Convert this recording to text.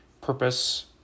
purpose